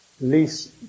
least